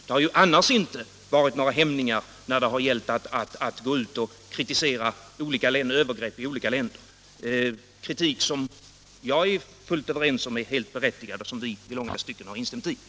Det har ju annars inte funnits några hämningar när det gällt att gå ut och kritisera övergrepp i olika länder, kritik som vi är fullt överens om är helt berättigad och som vi inom vpk i långa stycken har instämt i.